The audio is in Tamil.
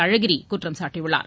அழகிரி குற்றம் சாட்டியுள்ளார்